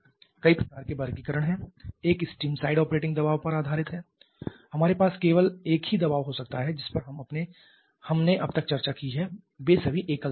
कई प्रकार के वर्गीकरण हैं एक स्टीम साइड ऑपरेटिंग दबाव पर आधारित है हमारे पास केवल एक ही दबाव हो सकता है जिस पर हमने अब तक चर्चा की है वे सभी एकल दबाव हैं